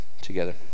together